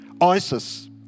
ISIS